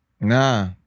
Nah